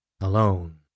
alone